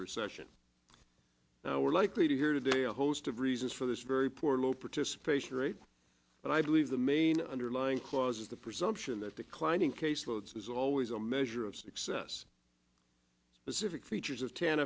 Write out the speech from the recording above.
recession we're likely to hear today a host of reasons for this very poor low participation rate but i believe the main underlying causes the presumption that declining caseload is always a measure of success specific features of t